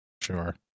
Sure